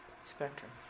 spectrum